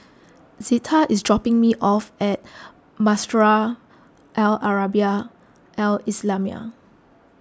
Zetta is dropping me off at Madrasah Al Arabiah Al Islamiah